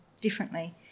differently